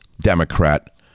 Democrat